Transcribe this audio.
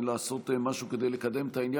לעשות משהו כדי לקדם את העניין.